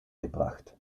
gebracht